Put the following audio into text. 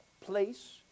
place